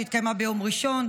שהתקיימה ביום ראשון,